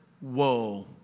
whoa